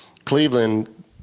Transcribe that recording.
Cleveland